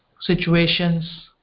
situations